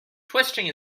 twisting